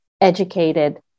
educated